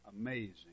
Amazing